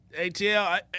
ATL